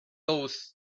those